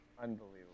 Unbelievable